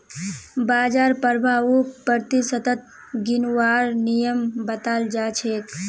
बाजार प्रभाउक प्रतिशतत गिनवार नियम बताल जा छेक